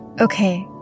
okay